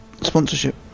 sponsorship